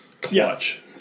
clutch